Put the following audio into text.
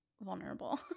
vulnerable